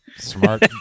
Smart